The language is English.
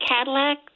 Cadillac